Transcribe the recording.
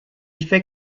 fait